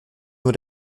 nur